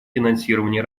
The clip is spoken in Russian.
финансирования